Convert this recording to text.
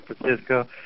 Francisco